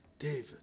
David